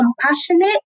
compassionate